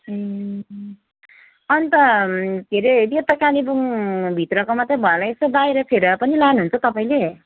ए अन्त के अरे त्यो त कालेबुङभित्रको मात्रै भनेपछि बाहिरखेर पनि लानुहुन्छ तपाईँले